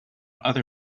other